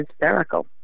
hysterical